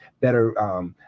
better